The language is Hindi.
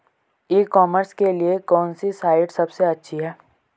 ई कॉमर्स के लिए कौनसी साइट सबसे अच्छी है?